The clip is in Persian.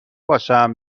باشم